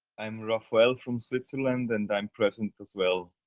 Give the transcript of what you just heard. i am raffael from switzerland and i'm present as well.